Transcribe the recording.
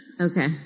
Okay